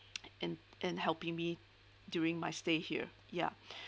in in helping me during my stay here yeah